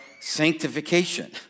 sanctification